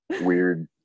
weird